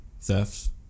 thefts